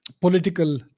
political